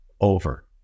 over